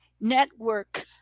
network